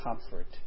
comfort